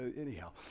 Anyhow